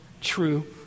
true